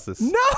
No